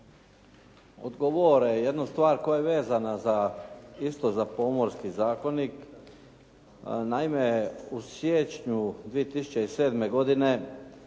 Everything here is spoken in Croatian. odgovore jednu stvar koja je vezana isto za Pomorski zakonik. Naime, u siječnju 2007.godine